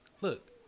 look